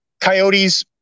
Coyotes